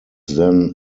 then